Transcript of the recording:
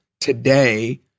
today